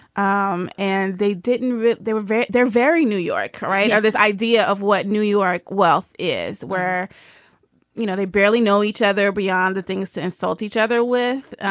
um and they didn't they were very they're very new york right. this idea of what new york wealth is where you know they barely know each other beyond the things to insult each other with.